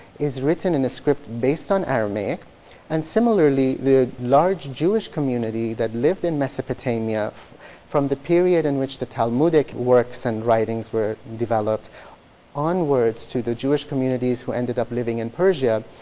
is written in a script based on aramaic and similarly the large jewish community that lived in mesopotamia from the period in which the talmudic works and writings were developed onwards to the jewish communities who ended up living in persia.